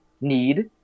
need